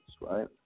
right